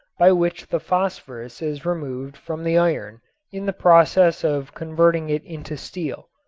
by which the phosphorus is removed from the iron in the process of converting it into steel.